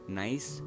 nice